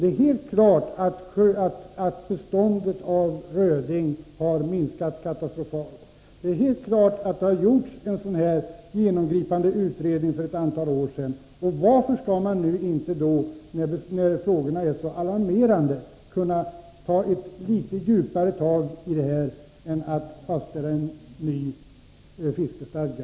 Det är helt klart att beståndet av röding har minskat katastrofalt, och det är helt klart att det har gjorts en sådan här genomgripande utredning för ett antal år sedan. Varför skall man då inte, när förhållandena nu är så alarmerande, kunna ta ett litet djupare tag i dessa frågor än att enbart fastställa en ny fiskestadga?